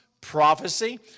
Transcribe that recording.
Prophecy